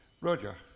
Roger